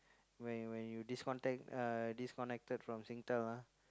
when when you disconnect uh disconnected from Singtel ah